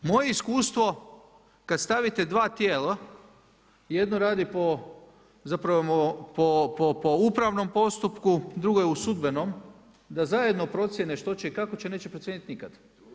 Moje je iskustvo kad stavite dva tijela jedno radi po, zapravo po upravnom postupku, drugo je u sudbenom da zajedno procijene što će i kako će, neće procijeniti nikad.